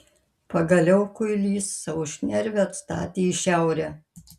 pagaliau kuilys savo šnervę atstatė į šiaurę